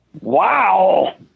Wow